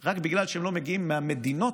רק בגלל שהם לא מגיעים מהמדינות